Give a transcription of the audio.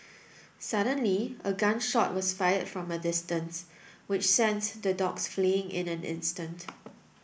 suddenly a gun shot was fired from a distance which sends the dogs fleeing in an instant